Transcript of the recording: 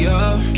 up